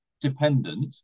dependent